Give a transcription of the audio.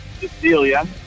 Cecilia